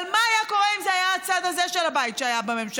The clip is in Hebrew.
אבל מה היה קורה אם זה היה הצד הזה של הבית שהיה בממשלה,